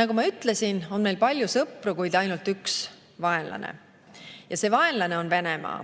Nagu ma ütlesin, meil on palju sõpru, kuid ainult üks vaenlane. Ja see vaenlane on Venemaa.